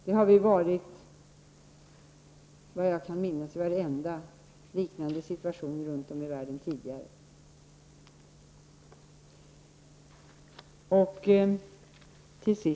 Det har vi, såvitt jag kan minnas, varit i varenda liknande situation runt om i världen tidigare.